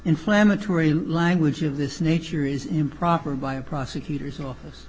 inflammatory language of this nature is improper by a prosecutor's office